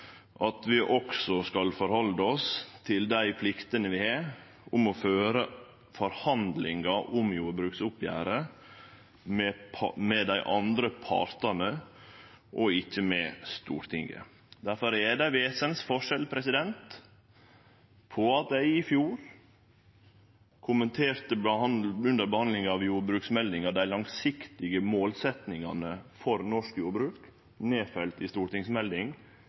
og vi legg til grunn at vi også skal halde oss til dei pliktene vi har til å føre forhandlingar om jordbruksoppgjeret med dei andre partane, ikkje med Stortinget. Difor er det ein vesensforskjell på at eg i fjor under behandlinga av jordbruksmeldinga kommenterte dei langsiktige målsetjingane for norsk jordbruk, nedfelt i stortingsmelding